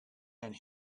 and